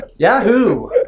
Yahoo